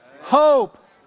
hope